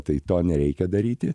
tai to nereikia daryti